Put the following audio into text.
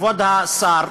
כבוד השר,